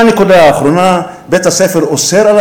והנקודה האחרונה: בית-הספר אוסר על